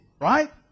Right